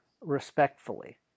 respectfully